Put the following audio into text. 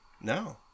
No